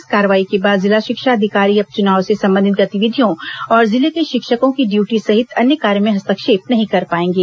इस कार्रवाई के बाद जिला शिक्षा अधिकारी अब चुनाव से संबंधित गतिविधियों और जिले के शिक्षकों की ड्यूटी सहित अन्य कार्य में हस्तक्षेप नहीं कर पाएंगे